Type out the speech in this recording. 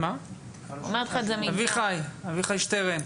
אביחי שטרן?